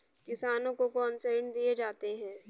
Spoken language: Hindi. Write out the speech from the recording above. किसानों को कौन से ऋण दिए जाते हैं?